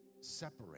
separate